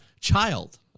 child